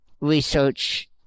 research